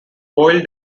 boyle